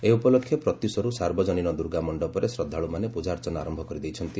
ଏହି ଉପଲକ୍ଷେ ପ୍ରତ୍ୟୁଷରୁ ସାର୍ବଜନୀନ ଦୁର୍ଗାମଣ୍ଡପରେ ଶ୍ରଦ୍ଧାଳୁମାନେ ପ୍ରଜାର୍ଚ୍ଚନା ଆରମ୍ଭ କରିଦେଇଛନ୍ତି